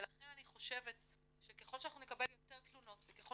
לכן אני חושבת שככל שנקבל יותר תמונות וככל